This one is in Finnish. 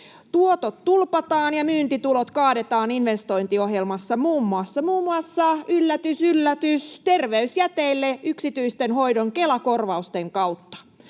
Tuotot tulpataan ja myyntitulot kaadetaan investointiohjelmassa muun muassa — yllätys yllätys — terveysjäteille yksityisen hoidon Kela-korvausten kautta.